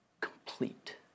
complete